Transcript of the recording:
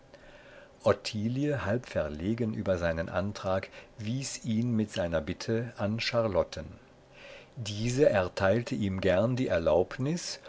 ottilie halb verlegen über seinen antrag wies ihn mit seiner bitte an charlotten diese erteilte ihm gern die erlaubnis